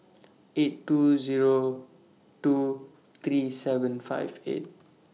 eight two Zero two three seven five eight